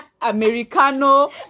Americano